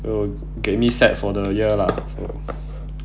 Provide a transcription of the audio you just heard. will get me set for the year lah so